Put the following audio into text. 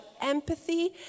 empathy